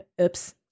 Oops